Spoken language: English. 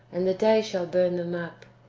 and the day shall burn them up.